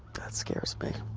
that scares me.